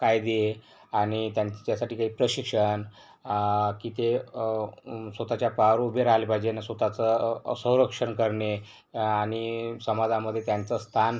कायदे आणि त्यांच्यासाठी काही प्रशिक्षण की ते स्वत च्या पायावर उभे राहिले पाहिजे नं स्वत चं संरक्षण करणे आणि समाजामधे त्यांचं स्थान